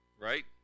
right